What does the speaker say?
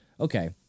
Okay